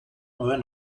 neuen